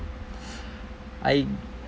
I